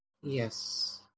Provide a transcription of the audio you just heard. Yes